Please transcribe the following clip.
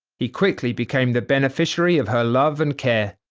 he quickly became the beneficiary of her love and care.